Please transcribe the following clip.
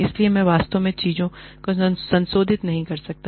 इसलिए मैं वास्तव में चीजों को संशोधित नहीं कर सकता